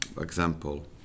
example